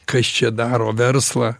kas čia daro verslą